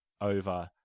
over